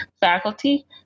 faculty